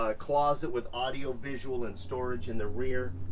ah closet with audio-visual and storage in the rear.